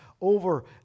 over